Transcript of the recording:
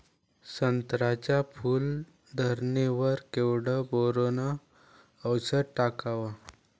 संत्र्याच्या फूल धरणे वर केवढं बोरोंन औषध टाकावं?